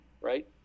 right